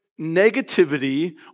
negativity